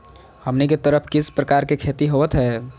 हमनी के तरफ किस किस प्रकार के खेती होवत है?